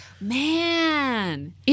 Man